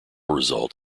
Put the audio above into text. result